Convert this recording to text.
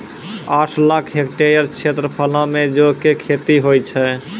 आठ लाख हेक्टेयर क्षेत्रफलो मे जौ के खेती होय छै